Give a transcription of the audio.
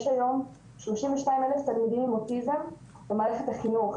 יש היום 32,000 תלמידים עם אוטיזם במערכת החינוך,